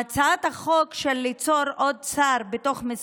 להציג את הצעת החוק כאילו היא הצעה